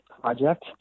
project